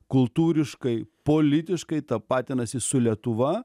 kultūriškai politiškai tapatinasi su lietuva